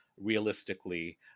realistically